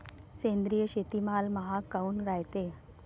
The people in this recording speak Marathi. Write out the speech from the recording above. सेंद्रिय शेतीमाल महाग काऊन रायते?